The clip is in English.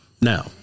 Now